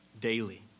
daily